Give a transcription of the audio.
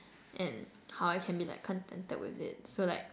and how I can be like contented with it so like